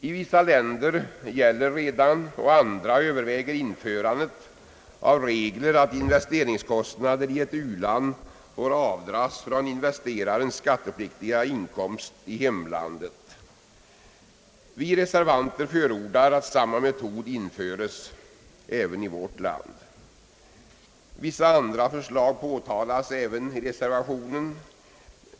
I vissa länder gäller redan och andra överväger införandet av regler om att investeringskostnader i ett u-land får dras av från investerarens skattepliktiga inkomst i hemlandet. Vi reservanter förordar att samma metod införs i vårt land. Vissa andra förslag påtalas även i reservationen.